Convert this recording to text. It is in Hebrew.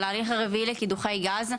על ההליך הרביעי לקידוחי גז,